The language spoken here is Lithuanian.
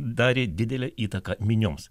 darė didelę įtaką minioms